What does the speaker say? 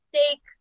take